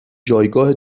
جایگاه